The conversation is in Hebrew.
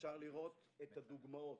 אפשר לראות את הדוגמאות,